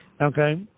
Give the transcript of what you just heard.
okay